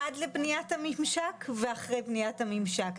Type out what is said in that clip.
עד לבניית הממשק ואחרי בניית הממשק.